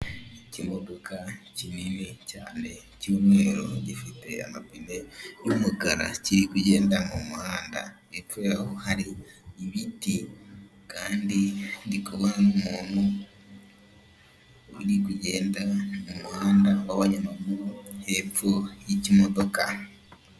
Ikimodoka kinini cyane cy'umweru gifite agapine k'umukara, kiri kugenda mu muhanda, hepfo yayo hari ibiti kandi ndi kubona n'umuntu uri kugenda mu muhanda w'abanyamaguru hepfo y'ikimodoka.